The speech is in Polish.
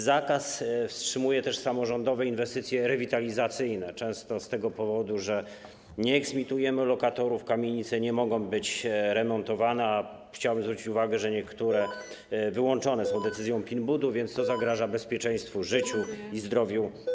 Zakaz wstrzymuje też samorządowe inwestycje rewitalizacyjne, często z tego powodu, że nie eksmitujemy lokatorów, kamienice nie mogą być remontowane, a chciałem zwrócić uwagę, że niektóre wyłączone są decyzją PINB-u, więc zagrażają bezpieczeństwu, życiu i zdrowiu.